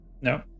no